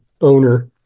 owner